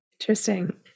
Interesting